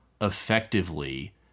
effectively